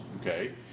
Okay